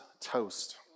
toast